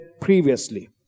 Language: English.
previously